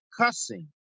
cussing